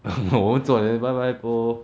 我们坐在外面 bye bye poh